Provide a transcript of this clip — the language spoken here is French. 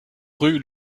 rue